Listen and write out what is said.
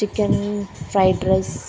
chicken fried rice